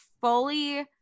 fully